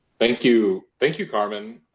thank you. thank you, carmen.